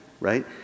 right